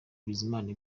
bizimana